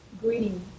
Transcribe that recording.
greeting